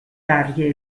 varie